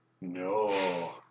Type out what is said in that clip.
no